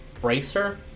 bracer